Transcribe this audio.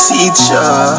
Teacher